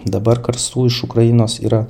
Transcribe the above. dabar karstų iš ukrainos yra